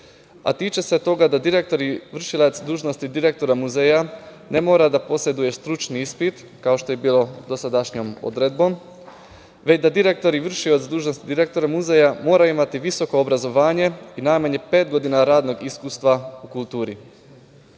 a tiče se toga da direktor i vršilac dužnosti direktora muzeja ne mora da poseduje stručni ispit, kao što je bilo dosadašnjom odredbom, već da direktor i vršilac dužnosti direktora muzeja mora imati visoko obrazovanje i najmanje pet godina radnog iskustva u